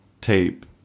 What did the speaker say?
tape